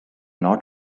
not